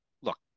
look